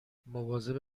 مواظب